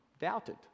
doubted